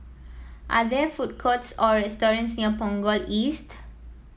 are there food courts or restaurants near Punggol East